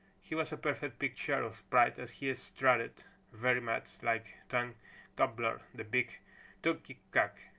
he was a perfect picture of pride as he strutted very much like tom gobbler the big turkey cock.